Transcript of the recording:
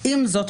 עם זאת,